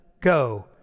Go